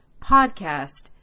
podcast